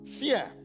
fear